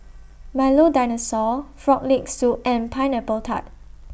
Milo Dinosaur Frog Leg Soup and Pineapple Tart